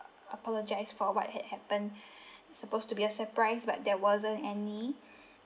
uh apologise for what had happened supposed to be a surprise but there wasn't any